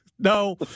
No